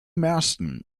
marsden